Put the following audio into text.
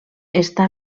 està